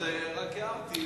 אז רק הערתי,